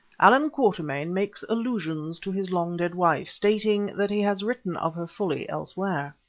allan quatermain makes allusion to his long dead wife, stating that he has written of her fully elsewhere.